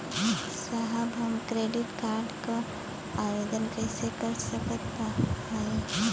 साहब हम credit card क आवेदन कइसे कर सकत हई?